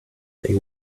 they